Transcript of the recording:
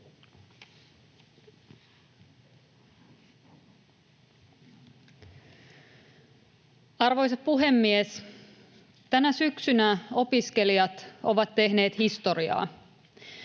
Arvoisa puhemies! Tänä syksynä opiskelijat ovat tehneet historiaa.